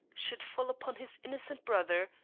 should fall upon his innocent brother,